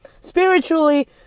Spiritually